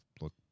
look